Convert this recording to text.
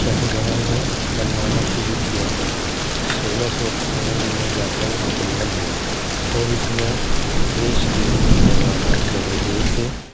شاہجہاں نے بنوانا شروع کیا سولہ سو اٹھاون میں جا کر مکمل ہوا اور اس میں بیش قیمتی جواہرات جڑے ہوئے تھے